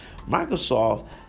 Microsoft